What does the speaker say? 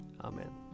Amen